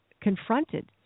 confronted